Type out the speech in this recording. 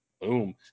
boom